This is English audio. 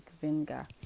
vinegar